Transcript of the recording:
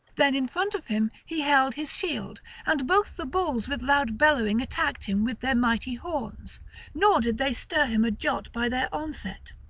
then in front of him he held his shield and both the bulls with loud bellowing attacked him with their mighty horns nor did they stir him a jot by their onset.